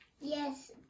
Yes